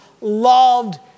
loved